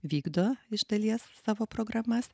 vykdo iš dalies savo programas